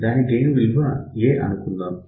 దాని గెయిన్ విలువ A అనుకుందాం